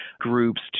groups